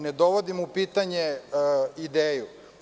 Ne dovodim u pitanje ideju.